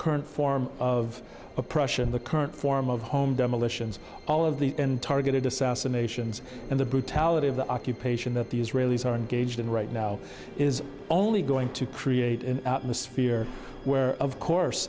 current form of oppression the current form of home demolitions all of the targeted assassinations and the brutality of the occupation that the israelis are engaged in right now is only going to create an atmosphere where of course